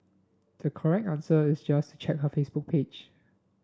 the correct answer is just check her Facebook page